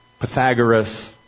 Pythagoras